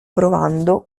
provando